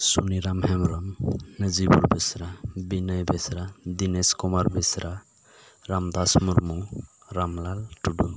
Suniram Hembrom Najibul Besra Binoy Besra Dinesh Kumar Besra Ramdas Murmu Ramlal Tudu